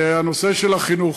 הנושא של החינוך.